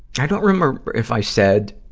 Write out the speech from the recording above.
i don't remember if i said,